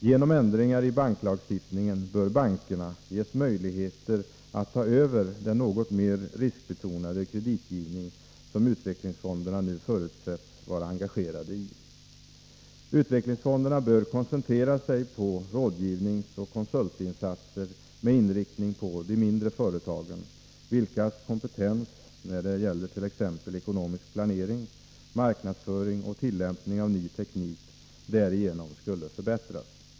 Genom ändringar i banklagstiftningen bör bankerna ges möjligheter att ta över den något mer riskbetonade kreditgivning som utvecklingsfonderna nu förutsätts vara engagerade i. Utvecklingsfonderna bör koncentrera sig på rådgivningsoch konsultinsatser, med inriktning på de mindre företagen, vilkas kompetens när det gäller t.ex. ekonomisk planering, marknadsföring och tillämpning av ny teknik därigenom skulle förbättras.